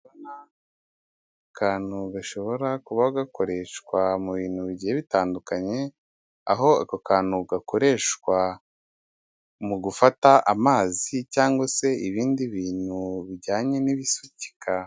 Akantu gashobora kuba gakoreshwa mu bintu bigiye bitandukanye, aho ako kantu gakoreshwa mu gufata amazi cyangwa se ibindi bintu bijyanye n'ibisukika.